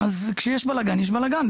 כשיש בלאגן יש בלאגן,